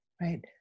right